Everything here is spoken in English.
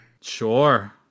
Sure